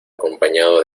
acompañado